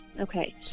Okay